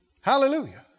Hallelujah